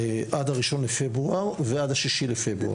עד ה-1 בפברואר ועד ה-6 בפברואר.